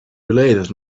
related